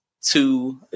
two